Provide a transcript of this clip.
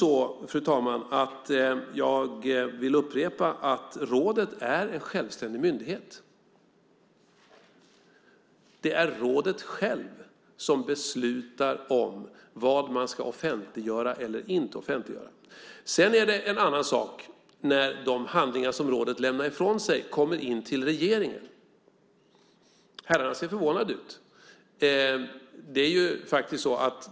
Jag vill upprepa att rådet är en självständig myndighet. Det är rådet självt som beslutar om vad man ska offentliggöra eller inte offentliggöra. Sedan är det en annan sak när de handlingar som rådet lämnar ifrån sig kommer in till regeringen. Herrarna ser förvånade ut.